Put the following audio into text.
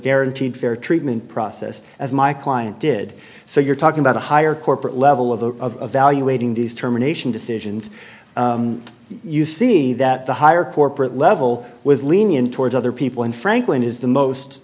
guaranteed fair treatment process as my client did so you're talking about a higher corporate level of valuating these terminations decisions you see that the higher corporate level was lenient towards other people and franklin is the most